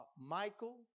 Michael